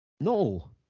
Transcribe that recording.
No